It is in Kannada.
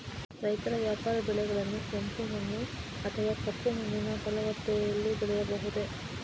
ರೈತರು ವ್ಯಾಪಾರ ಬೆಳೆಗಳನ್ನು ಕೆಂಪು ಮಣ್ಣು ಅಥವಾ ಕಪ್ಪು ಮಣ್ಣಿನ ಫಲವತ್ತತೆಯಲ್ಲಿ ಬೆಳೆಯಬಹುದೇ?